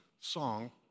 song